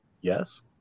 yes